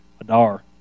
Adar